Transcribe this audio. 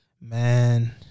Man